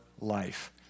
life